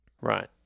right